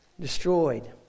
destroyed